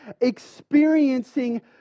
experiencing